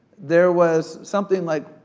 there was something like,